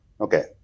okay